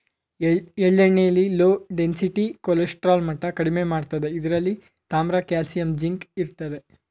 ಎಳ್ಳೆಣ್ಣೆಲಿ low density cholesterol ಮಟ್ಟ ಕಡಿಮೆ ಮಾಡ್ತದೆ ಇದ್ರಲ್ಲಿ ತಾಮ್ರ ಕಾಲ್ಸಿಯಂ ಜಿಂಕ್ ಇರ್ತದೆ